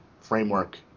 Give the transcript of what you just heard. framework